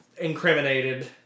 incriminated